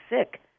sick